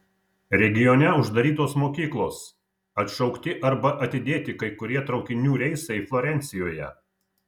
regione uždarytos mokyklos atšaukti arba atidėti kai kurie traukinių reisai florencijoje